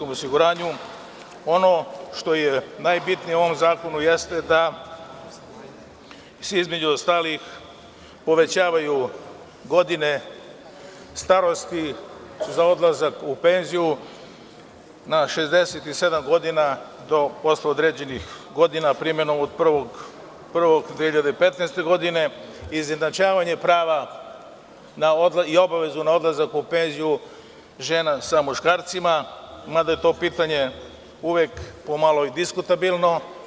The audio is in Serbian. Ono što je najbitnije u ovom zakonu jeste da se između ostalog, povećavaju godine starosti za odlazak u penziju na 67 godina do posle određenih godina, primenom od 1. januara 2015. godine, izjednačavanje prava i obavezu na odlazak u penziju, žena sa muškarcima, mada je to pitanje uvek pomalo diskutabilno.